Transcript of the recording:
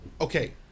okay